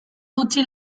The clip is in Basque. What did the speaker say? gutxi